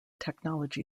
technology